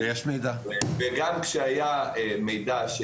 כשיש מידע.